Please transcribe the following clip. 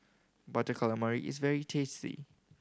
Butter Calamari is very tasty